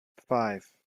five